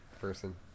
person